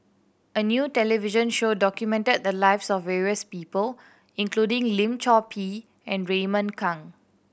a new television show documented the lives of various people including Lim Chor Pee and Raymond Kang